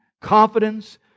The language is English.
confidence